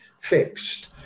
fixed